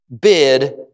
bid